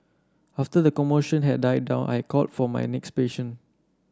after the commotion had died down I called for my next patient